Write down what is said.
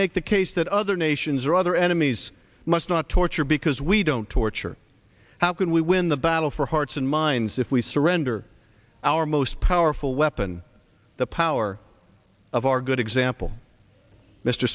make the case that other nations or other enemies must not torture because we don't torture how can we win the battle for hearts and minds if we surrender our most powerful weapon the power of our good example mr